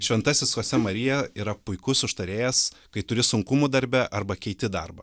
šventasis chosė marija yra puikus užtarėjas kai turi sunkumų darbe arba keiti darbą